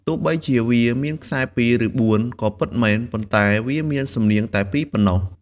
ទោះបីជាវាមានខ្សែ២ ឬ ៤ ក៏ពិតមែន ប៉ុន្តែវាមានសំនៀងតែ ២ ប៉ុណ្ណោះ។